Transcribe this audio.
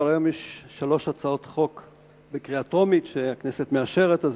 אבל היום יש שלוש הצעות חוק שלי שהכנסת מאשרת בקריאה טרומית,